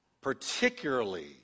particularly